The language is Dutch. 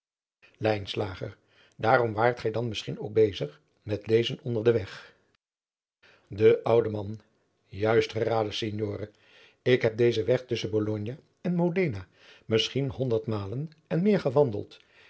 daarom waart gij dan misschien ook bezig met lezen onder den weg de oude man juist geraden signore ik heb dezen weg tusschen bologne en modena misschien honderd malen en meer gewandeld